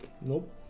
Nope